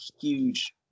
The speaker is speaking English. huge